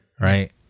right